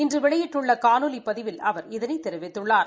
இன்று வெளியிட்டுள்ள காணொலி பதிவில் அவர் இதனைத் தெரிவித்துள்ளார்